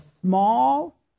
small